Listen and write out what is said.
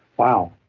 wow,